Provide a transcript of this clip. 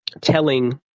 telling